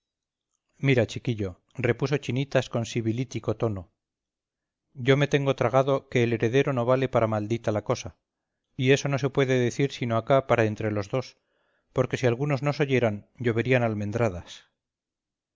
mira chiquillo repuso chinitas con sibilítico tono yo me tengo tragado que el heredero no vale para maldita la cosa y esto no se puede decir sino acá para entre los dos porque si algunos nos oyeran lloverían almendradas